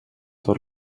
tot